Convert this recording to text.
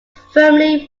firmly